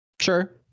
Sure